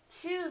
choose